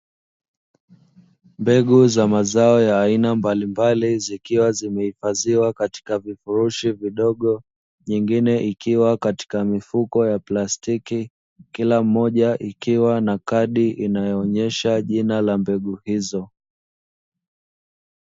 Mbegu za mazao ya aina mbalimbali, zikiwa zimehifadhiwa katika vifurushi vidogo, nyingine ikiwa katika mifuko ya plastiki kila mmoja ikiwa na kadi inayoonyesha jina la mbegu hizo.